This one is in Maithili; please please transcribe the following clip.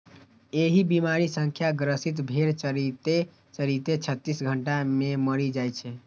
एहि बीमारी सं ग्रसित भेड़ चरिते चरिते छत्तीस घंटा मे मरि जाइ छै